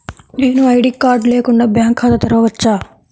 నేను ID card లేకుండా bank ఖాతా తెరవచ్చా?